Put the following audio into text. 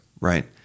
right